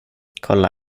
kolla